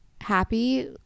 happy